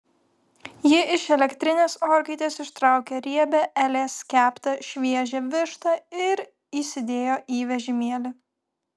ji iš elektrinės orkaitės ištraukė riebią elės keptą šviežią vištą ir įsidėjo į vežimėlį